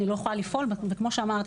אני לא יכולה לפעול וכמו שאמרתי,